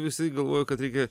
visi galvoja kad reikia